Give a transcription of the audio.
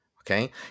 okay